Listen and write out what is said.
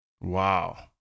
Wow